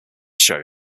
show